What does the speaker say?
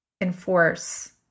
enforce